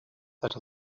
that